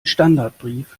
standardbrief